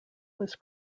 was